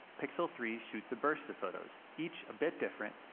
pixel three shoots a burst of photos, each a bit different,